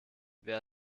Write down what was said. wer